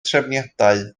trefniadau